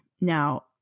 Now